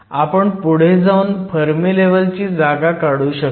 आपण पुढे जाऊन फर्मी लेव्हलची जागा काढू शकतो